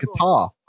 Qatar